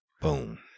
Boom